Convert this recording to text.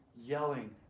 yelling